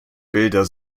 bilder